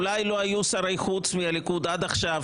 אולי לא היו שרי חוץ מהליכוד עד עכשיו,